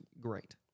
great